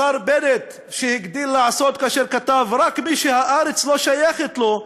השר בנט הגדיל לעשות כאשר כתב: רק מי שהארץ לא שייכת לו,